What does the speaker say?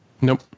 Nope